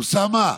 אוסאמה,